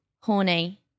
horny